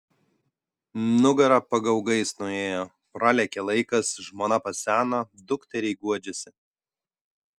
nugara pagaugais nuėjo pralėkė laikas žmona paseno dukteriai guodžiasi